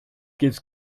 gives